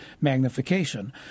magnification